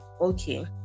okay